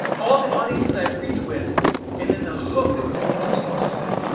all the audiences i've reached with and then the hook that would be interesting to them,